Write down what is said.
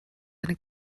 eine